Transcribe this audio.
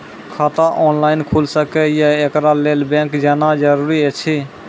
खाता ऑनलाइन खूलि सकै यै? एकरा लेल बैंक जेनाय जरूरी एछि?